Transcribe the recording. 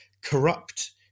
corrupt